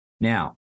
Now